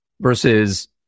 versus